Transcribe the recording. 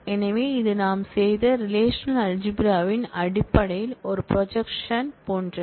எனவே இது நாம் செய்த ரெலேஷனல்அல்ஜிப்ரா ன் அடிப்படையில் ஒரு ப்ரொஜெக்க்ஷன் Π போன்றது